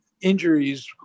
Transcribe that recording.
injuries